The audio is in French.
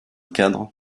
cadre